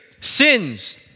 Sins